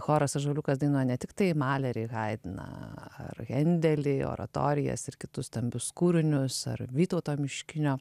choras ąžuoliukas dainuoja ne tiktai malerį haidną ar hendelį oratorijas ir kitus stambius kūrinius ar vytauto miškinio